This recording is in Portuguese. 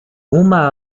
uma